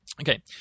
Okay